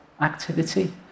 activity